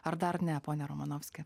ar dar ne pone romanovski